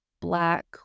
black